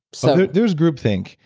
so there's group think,